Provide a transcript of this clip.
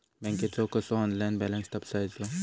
बँकेचो कसो online balance तपासायचो?